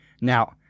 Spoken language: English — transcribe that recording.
Now